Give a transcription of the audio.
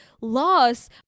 loss